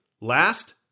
last